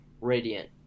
Radiant